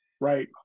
right